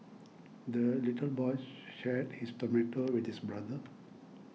the little boy shared his tomato with his brother